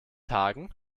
hagen